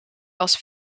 was